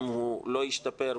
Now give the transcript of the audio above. אם הוא לא ישתפר,